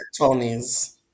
Tonys